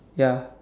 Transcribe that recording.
ya